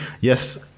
yes